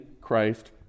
Christ